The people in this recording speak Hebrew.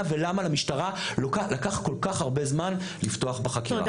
ולמה המשטרה לקח כל-כך הרבה זמן לפתוח בחקירה.